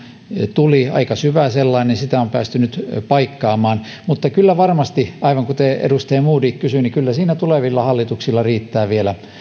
tuli aika syvää sellaista on päästy nyt paikkaamaan mutta kyllä varmasti aivan kuten edustaja modig tästä kysyi siinä tulevilla hallituksilla riittää vielä